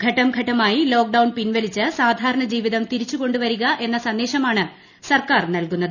ഘട്ടംഘട്ടമായി ലോക്ഡൌൺ പിൻവലിച്ച് സാധാരണ ജീവ്ചിത്ം തിരിച്ചുകൊണ്ടുവരിക എന്ന സന്ദേശമാണ് സർക്കാർ നൽകുന്നത്